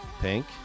Pink